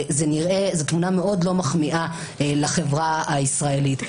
זו תמונה מאוד לא מחמיאה לחברה הישראלית,